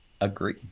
agree